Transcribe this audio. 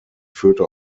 führte